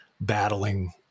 battling